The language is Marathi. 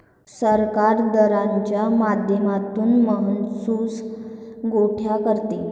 सरकार दराच्या माध्यमातून महसूल गोळा करते